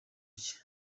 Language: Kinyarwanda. rye